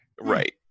Right